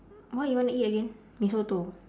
what you want to eat again mee soto